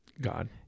God